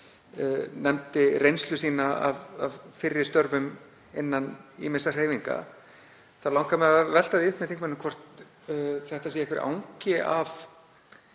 nefndi reynslu sína af fyrri störfum innan ýmissa hreyfinga þá langar mig að velta því upp með þingmanninum hvort þetta sé angi af